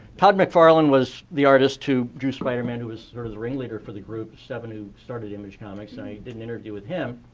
todd mcfarlane was the artist who drew spiderman who was sort of the ringleader for the group seven who started image comics. and i did an interview with him